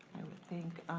would think.